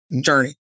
journey